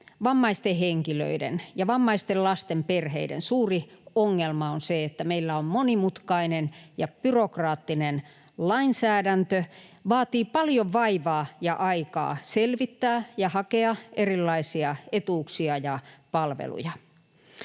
vammaisten henkilöiden ja vammaisten lasten perheiden suuri ongelma on se, että meillä on monimutkainen ja byrokraattinen lainsäädäntö. Vaatii paljon vaivaa ja aikaa selvittää ja hakea erilaisia etuuksia ja palveluja.